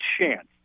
chance